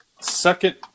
Second